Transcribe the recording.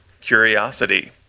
curiosity